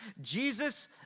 Jesus